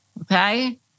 okay